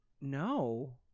No